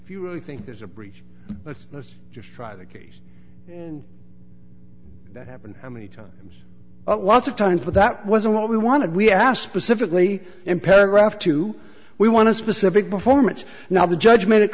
if you really think there's a breach let's just try the case and that happened how many times a lot of times but that wasn't what we wanted we asked specifically in paragraph two we want to specific performance now the judge made it